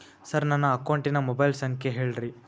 sir ನನ್ನ ಅಕೌಂಟಿನ mobile ಸಂಖ್ಯೆ ಹೇಳಿರಿ